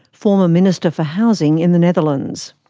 former minister for housing in the netherlands.